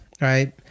right